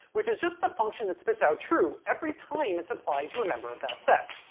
which is just the function that spits out true every time it's applied to a member of that set.